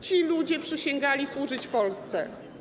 Ci ludzie przysięgali służyć Polsce.